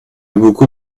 beaucoup